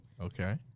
Okay